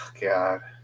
God